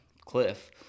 cliff